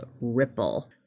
Ripple